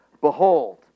Behold